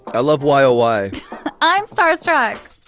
i love why oh why i'm star struck